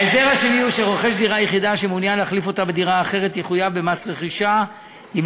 הראשון נועד להוסיף גורם שיהיה רשאי לחתום על רישיונות לסוגיהם השונים.